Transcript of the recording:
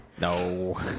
No